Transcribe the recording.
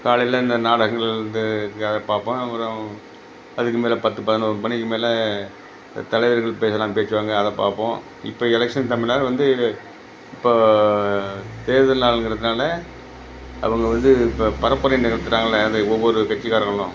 காலையில் இந்த நாடகங்கள் இந்த இதுக்காக பார்ப்பேன் அப்புறோம் அதுக்கு மேலே பத்து பதினோரு மணிக்கு மேலே தலைவர்கள் பேச்சுல்லாம் பேச்சுவாங்க அதை பார்ப்போம் இப்போ எலெக்ஷன் டைமில் வந்து இப்போ தேர்தல் நாளுங்கிறதுனால் அவங்க வந்து இப்போ பரப்புரை நிகழ்த்துறாங்கல்ல அது ஒவ்வொரு கட்சிக்காரங்களும்